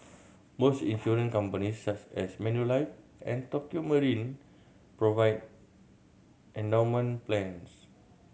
most insurance companies such as Manulife and Tokio Marine provide endowment plans